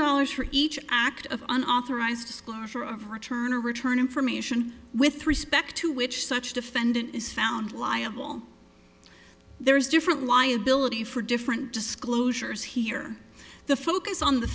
dollars for each act of an authorized for a return to return information with respect to which such defendant is found liable there's different liability for different disclosures here the focus on the